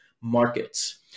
markets